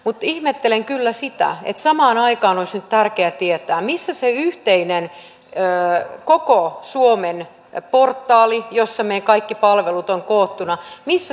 mutta ihmettelen kyllä tätä kun samaan aikaan olisi nyt tärkeä tietää missä viipyy se yhteinen koko suomen portaali jossa meidän kaikki palvelumme ovat koottuina